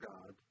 God